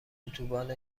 اتوبان